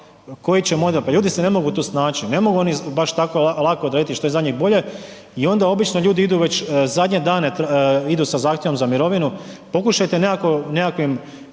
koji će model pa ljudi se ne mogu tu snaći. Ne mogu oni baš tako lako odrediti što je za njih bolje i onda obično ljudi idu već zadnje dane idu sa zahtjevom za mirovinu. Pokušajte nekakvim